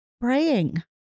praying